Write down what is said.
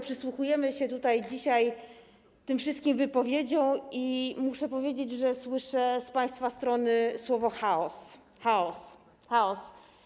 Przysłuchujemy się tutaj dzisiaj tym wszystkim wypowiedziom i muszę powiedzieć, że słyszę z państwa strony słowo „chaos”, „chaos”, „chaos”